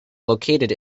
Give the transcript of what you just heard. located